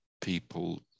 people